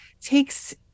takes